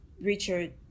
Richard